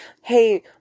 Hey